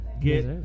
get